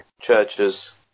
churches